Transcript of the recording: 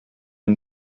une